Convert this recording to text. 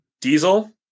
Diesel